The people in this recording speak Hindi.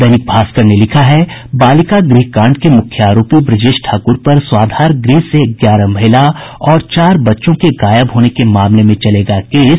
दैनिक भास्कर ने लिखा है बालिका गृह कांड के मुख्य आरोपी ब्रजेश ठाकुर पर स्वाधार गृह से ग्यारह महिला और चार बच्चों के गायब होने के मामले में चलेगा केस